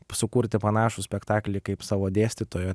sukurti panašų spektaklį kaip savo dėstytojo